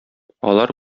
алар